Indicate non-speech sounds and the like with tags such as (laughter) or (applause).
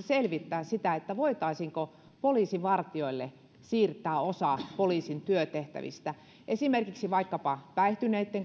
selvittää sitä voitaisiinko poliisivartijoille siirtää osa poliisin työtehtävistä esimerkiksi vaikkapa päihtyneitten (unintelligible)